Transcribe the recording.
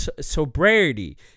sobriety